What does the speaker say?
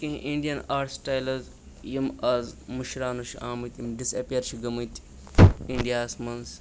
کیٚنٛہہ Indian art styles یِم آز مٔشراونہٕ چھِ آمٕتۍ یِم ڈِس ایٚپیر چھِ گٔمٕتۍ اِنڈیا ہَس منٛز